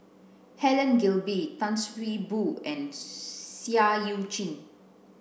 Helen Gilbey Tan See Boo and Seah Eu Chin